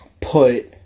put